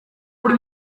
uri